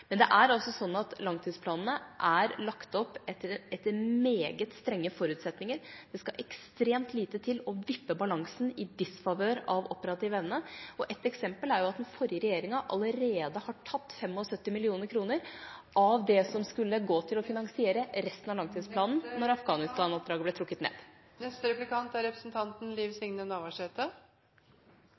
Men det er altså sånn at langtidsplanene er lagt opp etter meget strenge forutsetninger. Det skal ekstremt lite til å vippe balansen i disfavør av operativ evne. Et eksempel er at den forrige regjeringa allerede har tatt 75 mill. kr av det som skulle gå til å finansiere langtidsplanen, etter at Afghanistan-oppdraget ble trukket ned.